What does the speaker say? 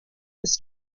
his